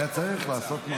היה צריך לעשות משהו.